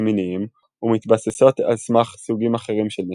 מיניים ומתבססות על סמך סוגים אחרים של משיכה.